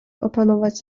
opanować